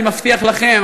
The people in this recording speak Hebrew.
אני מבטיח לכם,